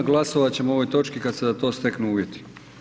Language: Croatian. Glasovat ćemo o ovoj točki kada se za to steknu uvjeti.